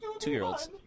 Two-year-olds